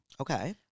Okay